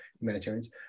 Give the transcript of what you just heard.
humanitarians